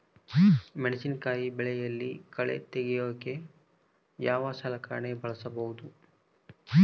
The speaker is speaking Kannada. ಮೆಣಸಿನಕಾಯಿ ಬೆಳೆಯಲ್ಲಿ ಕಳೆ ತೆಗಿಯೋಕೆ ಯಾವ ಸಲಕರಣೆ ಬಳಸಬಹುದು?